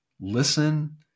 listen